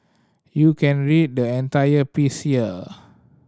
you can read the entire piece here